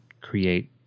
create